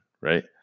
right